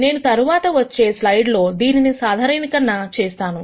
నేను తరువాత వచ్చే స్లైడ్స్ లో దీనిని సాధారణీకరణ చేస్తాను